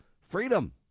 freedom